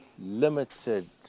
limited